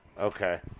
Okay